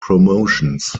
promotions